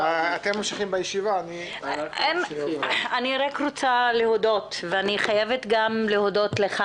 אני רוצה לברך אותך בהצלחה בתפקיד ולהגיד לך